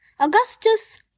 Augustus